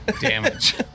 damage